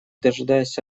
дожидаясь